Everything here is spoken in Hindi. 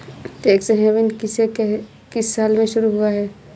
टैक्स हेवन किस साल में शुरू हुआ है?